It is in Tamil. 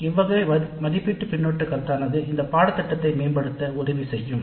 இவ்வகை மதிப்பீட்டு பின்னூட்ட கருத்தானது இந்த பாடத்திட்டத்தை மேம்படுத்த உதவி செய்யும்